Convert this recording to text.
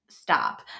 stop